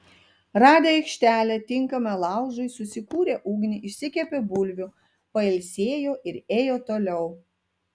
radę aikštelę tinkamą laužui susikūrė ugnį išsikepė bulvių pailsėjo ir ėjo toliau